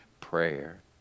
prayer